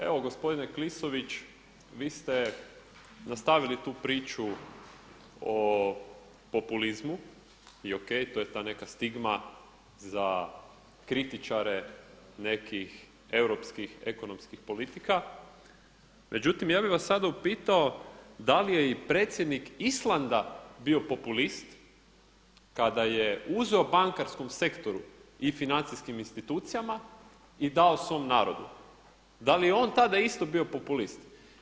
Evo gospodine Klisović, vi ste nastavili tu priču o populizmu i o.k., to je ta neka stigma za kritičare nekih europskih ekonomskih politika, međutim ja bih vas sada upitao da li je i predsjednik Islanda bio populist kada je uzeo bankarskom sektoru i financijskim institucijama i dao svom narodu, da li je on tada isto bio populist?